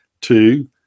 Two